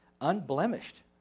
unblemished